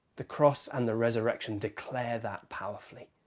the cross and the resurrection declare that powerfully.